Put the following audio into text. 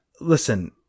listen